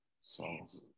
songs